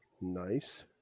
Nice